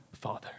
Father